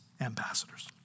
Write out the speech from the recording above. ambassadors